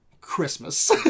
Christmas